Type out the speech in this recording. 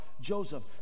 Joseph